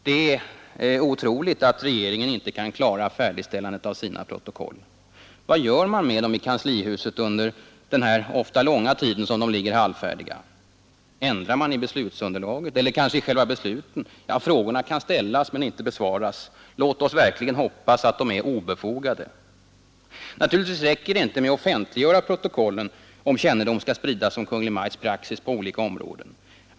Det är otroligt att regeringen inte kan klara färdigställande av sina protokoll. Vad gör man med dem i kanslihuset under den ofta långa tid då de ligger halvfärdiga? Ändrar man i beslutsunderlaget eller kanske i själva besluten? Frågorna kan ställas men inte besvaras. Låt oss verkligen hoppas att de är obefogade. Naturligtvis räcker det inte med att offentliggöra protokollen om kännedomen skall spridas om Kungl. Maj:ts praxis på olika områden.